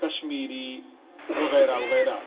کشمیری وغیرہ وغیرہ